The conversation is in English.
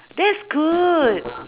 that's good